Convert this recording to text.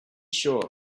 sure